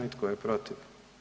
I tko je protiv?